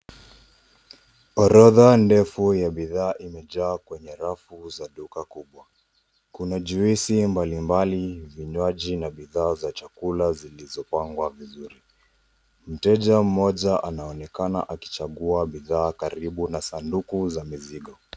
Orodha ndefu ya bidhaa imejaa kwenye rafu za duka kubwa, kuna juisi mbalimbali, vinywaji na bidhaa za chakula zilizopangwa vizuri. Mteja mmoja anaonekana akichagua bidhaa karibu na sanduku za mizigo.